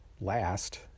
last